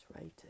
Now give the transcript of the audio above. right